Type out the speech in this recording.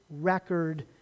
record